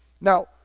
Now